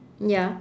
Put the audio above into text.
ya